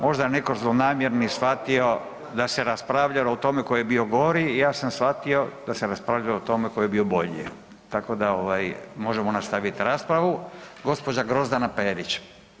Možda je neko zlonamjerni shvatio da se raspravljalo o tome ko je bio gori, ja sam shvatio da se raspravljalo o tome ko je bio bolji, tako da ovaj možemo nastavit raspravu. gđa. Grozdana Perić.